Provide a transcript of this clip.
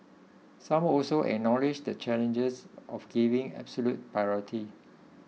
some also acknowledged the challenges of giving absolute priority